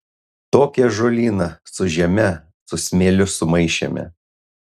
tokį ąžuolyną su žeme su smėliu sumaišėme